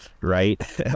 right